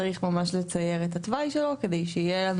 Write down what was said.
צריך ממש לצייר את התוואי שלו כדי שיהיה לנו